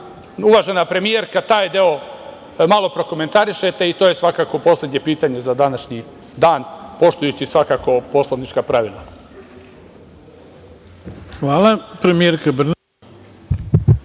uvažena premijerka, taj deo malo prokomentarišete i to je svakako poslednje pitanje za današnji dan, poštujući svakako poslovnička pravila.